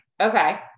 okay